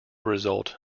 result